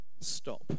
stop